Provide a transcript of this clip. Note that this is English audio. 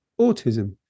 autism